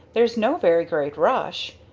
there's no very great rush.